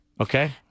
Okay